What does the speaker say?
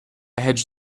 hedge